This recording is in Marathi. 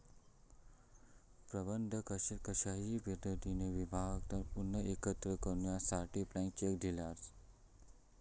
प्रबंधकान कशाही पद्धतीने विभागाक पुन्हा एकत्र करूसाठी ब्लँक चेक दिल्यान